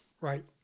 Right